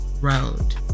road